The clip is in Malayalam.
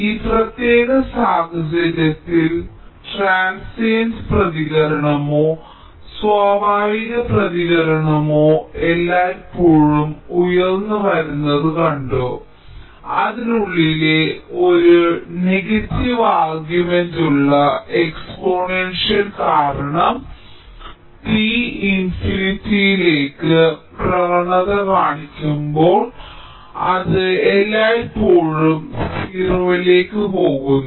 ഈ പ്രത്യേക സാഹചര്യത്തിൽ ട്രാൻസിയെന്റ പ്രതികരണമോ സ്വാഭാവിക പ്രതികരണമോ എല്ലായ്പ്പോഴും ഉയർന്നുവരുന്നത് കണ്ടു അതിനുള്ളിലെ ഒരു നെഗറ്റീവ് ആർഗ്യുമെന്റുള്ള എക്സ്പോണൻഷ്യൽ കാരണം t ഇൻഫിനിറ്റിലേക് പ്രവണത കാണിക്കുമ്പോൾ അത് എല്ലായ്പ്പോഴും 0 ലേക്ക് പോകുന്നു